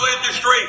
industry